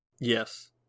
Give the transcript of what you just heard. Yes